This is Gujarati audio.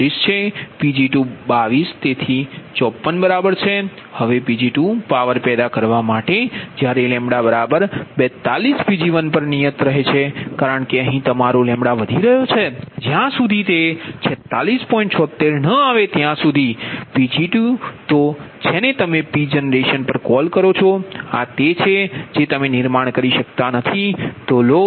Pg222તેથી 54 બરાબર છે હવે Pg2 પાવર પેદા કરવા માટે જ્યારે તે 42 Pg1પર નિયત રહે છે કારણ કે અહીં તમારો વધી રહ્યો છે જ્યાં સુધી તે 4676 આવે અને Pg2 તો એ છે જેને તમે P જનરેટર પર કૉલ કરો છો આ તે છે જે તમે નિર્માણ કરી શકતા નથી તે લો